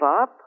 up